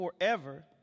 forever